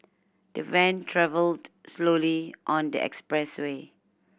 the van travelled slowly on the expressway